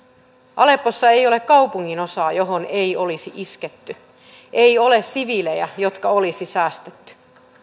aleppossa ei ole kaupunginosaa johon ei olisi isketty ei ole siviilejä jotka olisi säästetty